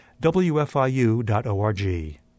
wfiu.org